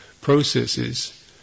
processes